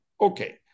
Okay